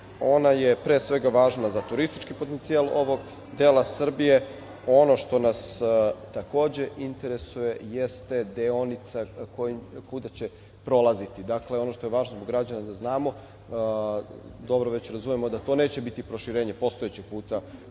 Ona je, pre svega, važna za turistički potencijal ovog dela Srbije. Ono što nas, takođe, interesuje jeste deonica kuda će prolaziti. Ono što je važno zbog građana da znamo, dobro, već razumemo da to neće biti proširenje postojećeg puta